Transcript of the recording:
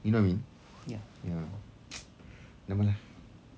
you know what I mean ya nevermind lah